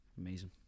Amazing